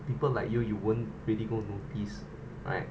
people like you you won't really go notice right